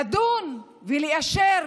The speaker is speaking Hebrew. לדון ולאשר